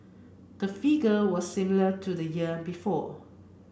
the figure was similar to the year before